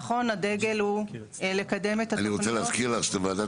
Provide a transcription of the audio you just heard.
נכון הדגל הוא לקדם את התוכניות.